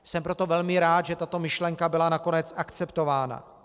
Jsem proto velmi rád, že tato myšlenka byla nakonec akceptována.